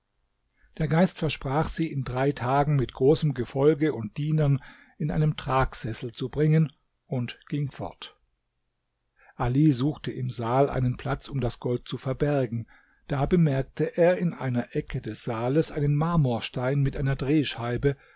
der geist versprach sie in drei tagen mit großem gefolge und dienern in einem tragsessel zu bringen und ging fort ali suchte im saal einen platz um das gold zu verbergen da bemerkte er in einer ecke des saales einen marmorstein mit einer drehscheibe